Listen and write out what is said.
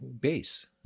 base